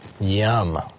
Yum